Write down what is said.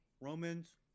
Romans